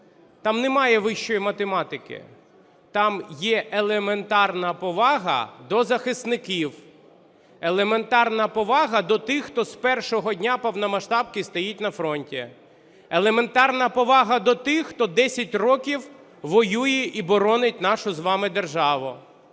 Там немає вищої математики, там є елементарна повага до захисників, елементарна повага до тих, хто з першого дня повномасштабки стоїть на фронті, елементарна повага до тих, хто 10 років воює і боронить нашу з вами державу,